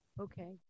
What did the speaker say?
Okay